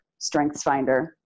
StrengthsFinder